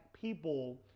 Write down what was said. people